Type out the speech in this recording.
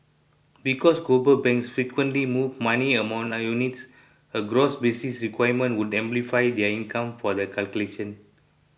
because global banks frequently move money among units a gross basis requirement would amplify their income for the calculation